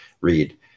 read